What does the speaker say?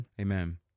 amen